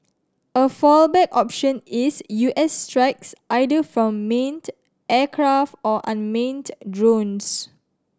a fallback option is U S strikes either from aircraft or drones